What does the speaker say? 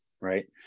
right